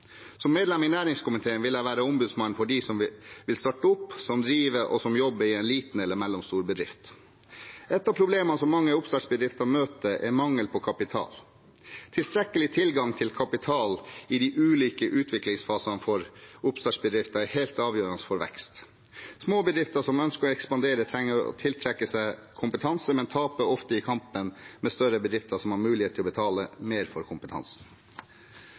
Som medlem i næringskomiteen vil jeg være ombudsmann for dem som vil starte opp, som driver, og som jobber i en liten eller mellomstor bedrift. Et av problemene som mange oppstartsbedrifter møter, er mangel på kapital. Tilstrekkelig tilgang til kapital i de ulike utviklingsfasene for oppstartsbedrifter er helt avgjørende for vekst. Småbedrifter som ønsker å ekspandere, trenger å tiltrekke seg kompetanse, men taper ofte i kampen med større bedrifter som har mulighet til å betale mer for kompetansen.